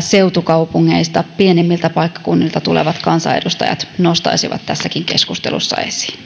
seutukaupungeista pienemmiltä paikkakunnilta tulevat kansanedustajat nostaisivat sen tässäkin keskustelussa esiin